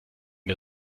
der